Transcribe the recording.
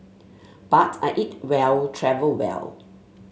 but I eat well travel well